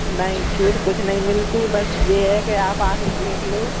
नहीं छूट कुछ नहीं मिलती बस यह है कि आप आकर देख लो